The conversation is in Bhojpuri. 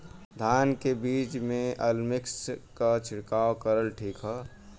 धान के बिज में अलमिक्स क छिड़काव करल ठीक ह?